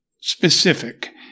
specific